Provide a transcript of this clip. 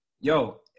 yo